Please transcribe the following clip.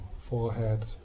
forehead